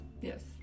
Yes